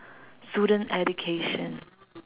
student education